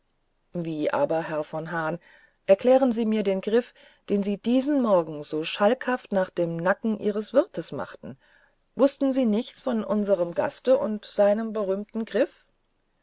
wie aber herr von hahn erklären sie mir den griff den sie diesen morgen so schalkhaft nach dem nacken ihres wirtes machten wußten sie nichts von unserm gaste und seinem berühmten griff